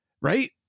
right